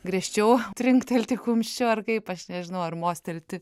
griežčiau trinktelti kumščiu ar kaip aš nežinau ar mostelti